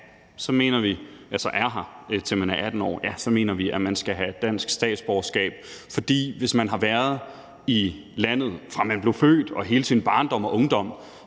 så mener vi, at man skal have et dansk statsborgerskab. For hvis man har været i landet, fra man blev født og i hele ens barndom og ungdom,